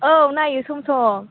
औ नायो सम सम